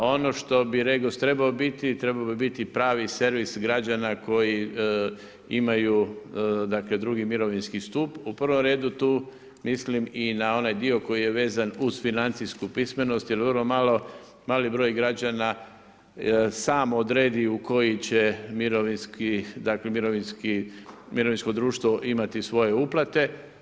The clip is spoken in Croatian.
A ono što bi REGOS trebao biti, trebao bi biti pravi servis građana, koji imaju drugi mirovinski stup, u provom redu, tu mislim i na onaj dio koji je vezan uz financijsku pismenost, jer vrlo mali broj građana sam odredi u koji će mirovinski dakle, mirovinsko društvo imati svoje uplate.